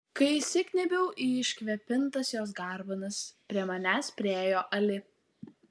kai įsikniaubiau į iškvėpintas jos garbanas prie manęs priėjo ali